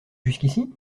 jusqu’ici